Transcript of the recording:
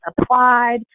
applied